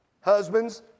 Husbands